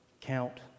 Count